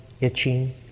itching